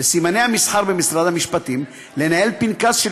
וסימני המסחר במשרד המשפטים לנהל פנקס של